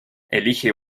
elige